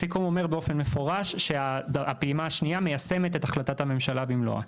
הסיכום אומר באופן מפורש שהפעימה השנייה מיישמת את החלטת הממשלה במלואה.